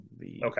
Okay